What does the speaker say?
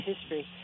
history